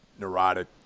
neurotic